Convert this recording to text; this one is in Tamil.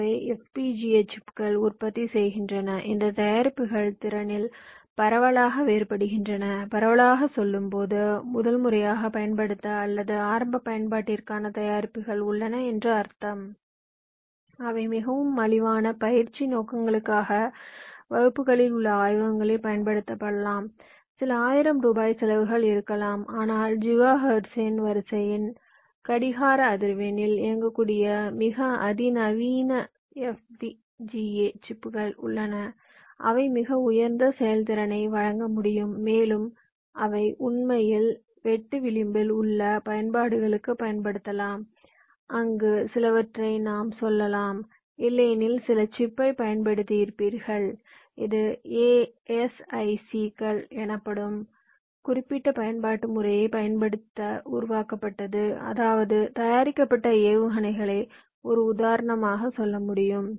அவை FPGA சிப்புகள் உற்பத்தி செய்கின்றன இந்த தயாரிப்புகள் திறனில் பரவலாக வேறுபடுகின்றன பரவலாகச் சொல்லும்போது முதல் முறையாக பயன்படுத்த அல்லது ஆரம்ப பயன்பாட்டிற்கான தயாரிப்புகள் உள்ளன என்று அர்த்தம் அவை மிகவும் மலிவான பயிற்சி நோக்கங்களுக்காக வகுப்புகளில் உள்ள ஆய்வகங்களில் பயன்படுத்தப்படலாம் சில ஆயிரம் ரூபாய் செலவுகள் இருக்கலாம் ஆனால் ஜிகா ஹெர்ட்ஸின் வரிசையின் கடிகார அதிர்வெண்களில் இயங்கக்கூடிய மிக அதிநவீன FPGA சிப்புகள் உள்ளன அவை மிக உயர்ந்த செயல்திறனை வழங்க முடியும் மேலும் அவை உண்மையில் வெட்டு விளிம்பில் உள்ள பயன்பாடுகளுக்குப் பயன்படுத்தப்படலாம் அங்கு சிலவற்றை நாம் சொல்லலாம் இல்லையெனில் சில சிப்பைப் பயன்படுத்தியிருப்பீர்கள் இது ASIC கள் எனப்படும் குறிப்பிட்ட பயன்பாட்டு முறையைப் பயன்படுத்தி உருவாக்கப்பட்டது அதாவது தயாரிக்கப்பட்ட ஏவுகணைகளைஒரு உதாரணம் சொல்ல முடியும்